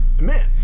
man